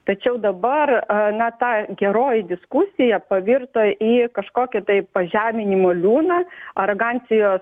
tačiau dabar a na ta geroji diskusija pavirto į kažkokį tai pažeminimo liūną arogancijos